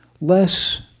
less